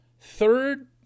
third